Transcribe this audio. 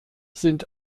sind